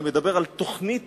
אני מדבר על תוכנית